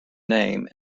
name